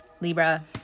Libra